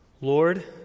Lord